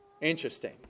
Interesting